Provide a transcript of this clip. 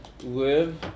live